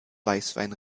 weißwein